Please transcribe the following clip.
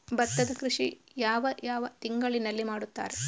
ಭತ್ತದ ಕೃಷಿ ಯಾವ ಯಾವ ತಿಂಗಳಿನಲ್ಲಿ ಮಾಡುತ್ತಾರೆ?